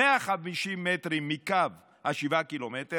150 מטרים מקו 7 הקילומטרים,